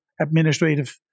administrative